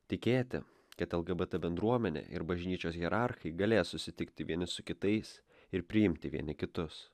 tikėti kad lgbt bendruomenė ir bažnyčios hierarchai galės susitikti vieni su kitais ir priimti vieni kitus